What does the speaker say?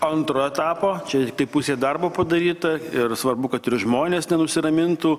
antro etapo čia tiktai pusė darbo padaryta ir svarbu kad ir žmonės nenusiramintų